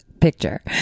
picture